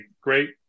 great